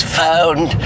found